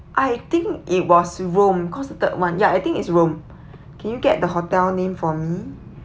I think it was rome cause third one ya I think is rome can you get the hotel name for me